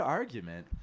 argument